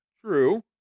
True